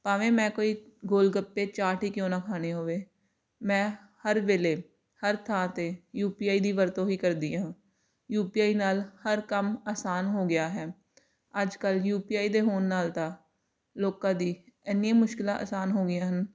ਭਾਵੇਂ ਮੈਂ ਕੋਈ ਗੋਲ ਗੱਪੇ ਚਾਟ ਹੀ ਕਿਓਂ ਨਾ ਖਾਣੀ ਹੋਵੇ ਮੈਂ ਹਰ ਵੇਲੇ ਹਰ ਥਾਂ 'ਤੇ ਯੂ ਪੀ ਆਈ ਦੀ ਵਰਤੋਂ ਹੀ ਕਰਦੀ ਹਾਂ ਯੂ ਪੀ ਆਈ ਨਾਲ ਹਰ ਕੰਮ ਅਸਾਨ ਹੋ ਗਿਆ ਹੈ ਅੱਜ ਕੱਲ੍ਹ ਯੂ ਪੀ ਆਈ ਦੇ ਹੋਣ ਨਾਲ ਤਾਂ ਲੋਕਾਂ ਦੀ ਇੰਨੀਆਂ ਮੁਸ਼ਕਿਲਾਂ ਅਸਾਨ ਹੋ ਗਈਆਂ ਹਨ